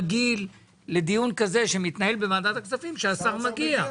אני רגיל לדיון כזה שמתנהל בוועדת הכספים שהשר מגיע.